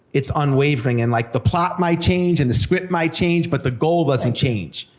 it's unwavering and like the plot might change, and the script might change, but the goal doesn't change.